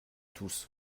tous